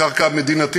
קרקע מדינה,